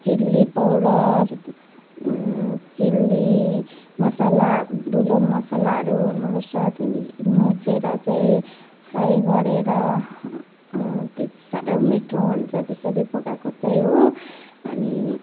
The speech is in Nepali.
चिल्ली पाउडर चिल्ली मसाला धुलो मसालाहरू हुनु पर्छ त्यहाँदेखि मुछेर चाहिँ फ्राई गरेर त्यो चाहिँ साह्रो मिठो हुन्छ त्यसरी पकाएको चाहिँ हो अनि